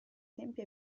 tempi